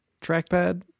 trackpad